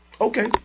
Okay